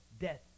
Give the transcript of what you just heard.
death